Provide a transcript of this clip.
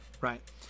right